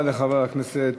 תודה רבה לחבר הכנסת